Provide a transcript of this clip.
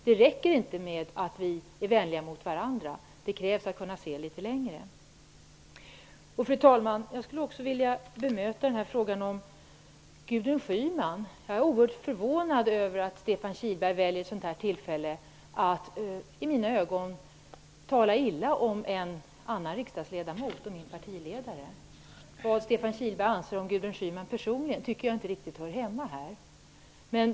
Det räcker inte med att vi är vänliga mot varandra. Det krävs att vi skall kunna se litet längre. Fru talman! Jag skulle också vilja bemöta det som sades om Gudrun Schyman. Jag är oerhört förvånad över att Stefan Kihlberg väljer ett sådant här tillfälle att i mina ögen tala illa om en annan riksdagsledamot, min partiledare. Vad Stefan Kihlberg anser om Gudrun Schyman personligen tycker jag inte riktigt hör hemnma här.